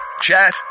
Chat